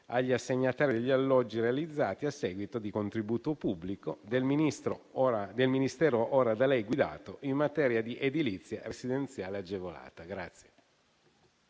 agli assegnatari degli alloggi realizzati a seguito di contributo pubblico del Ministero ora da lei guidato in materia di edilizia residenziale agevolata.